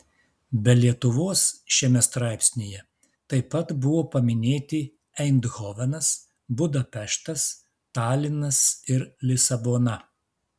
be lietuvos šiame straipsnyje taip pat buvo paminėti eindhovenas budapeštas talinas ir lisabona